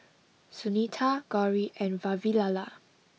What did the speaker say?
Sunita Gauri and Vavilala